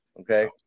Okay